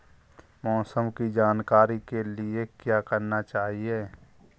मौसम की जानकारी के लिए क्या करना चाहिए?